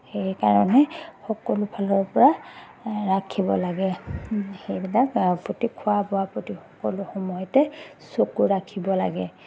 সেইকাৰণে সকলো ফালৰপৰা ৰাখিব লাগে সেইবিলাক প্ৰতি খোৱা বোৱা প্ৰতি সকলো সময়তে চকু ৰাখিব লাগে